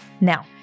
Now